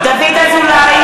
אתם יודעים